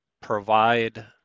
provide